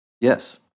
Yes